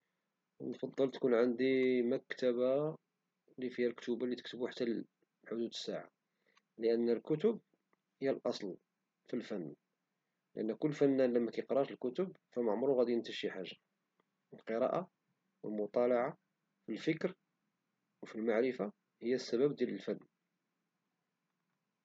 نفضل تكون عندي مكتبة لي تكتبو إلى حدود الساعة لأن الكتب هي الأصل في الفن، وكل فنان مكيقراش الكتب فمعمرو غيقدر ينتج شي حاجة، والقراءة والمطالعة في الفكر وفي المعرفة هي السبب ديال الفن